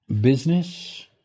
business